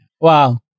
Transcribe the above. wow